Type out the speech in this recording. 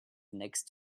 next